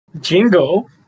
jingo